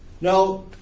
Now